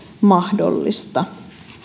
mahdollista